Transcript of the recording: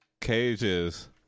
cages